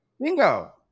bingo